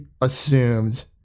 assumed